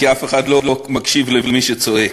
כי אף אחד לא מקשיב למי שצועק.